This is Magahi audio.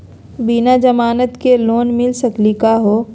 बिना जमानत के लोन मिली सकली का हो?